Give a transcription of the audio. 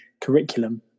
curriculum